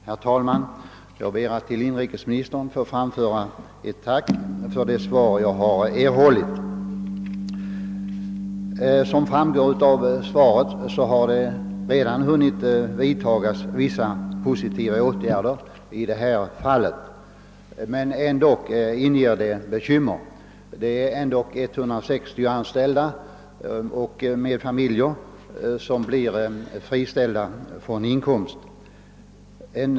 Herr talman! Jag ber att till inrikesministern få framföra ett tack för det svar jag erhållit. Som framgår av svaret har man redan hunnit vidta vissa positiva åtgärder i detta fall, men ändå inger det bekymmer. Det är dock 160 anställda med familjer som blir friställda och förlorar sin inkomst.